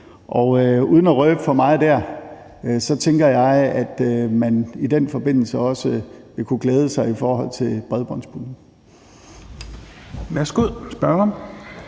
uden at røbe for meget tænker jeg, at man i den forbindelse også vil også kunne glæde sig i forhold til bredbåndspuljen.